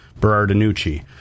Berardinucci